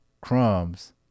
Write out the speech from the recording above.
crumbs